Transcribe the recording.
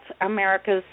America's